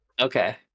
Okay